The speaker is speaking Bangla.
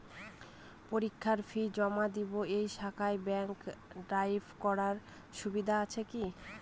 পরীক্ষার ফি জমা দিব এই শাখায় ব্যাংক ড্রাফট করার সুবিধা আছে কি?